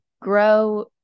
grow